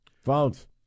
Phones